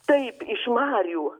taip iš marių